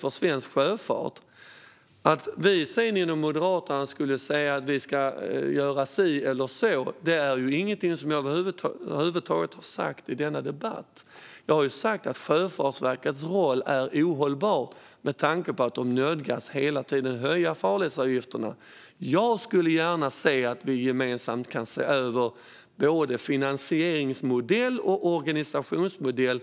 I denna debatt har jag inte sagt någonting över huvud taget om att vi inom Moderaterna skulle tycka att man ska göra si eller så. Jag har sagt att Sjöfartsverkets roll är ohållbar med tanke på att de hela tiden nödgas höja farledsavgifterna. Jag skulle gärna se att vi gemensamt kan se över Sjöfartsverkets finansieringsmodell och organisationsmodell.